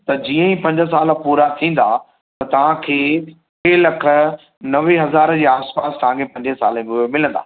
त जीअंई पंज साल पूरा थींदा त तव्हांखे टे लख नवे हज़ार जे आसिपासि तव्हांखे पंजे साले में उहा मिलंदा